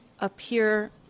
appear